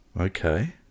Okay